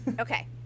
Okay